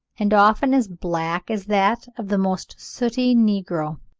and often as black as that of the most sooty negro.